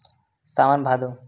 सावन भादो